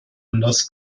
anders